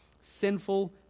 Sinful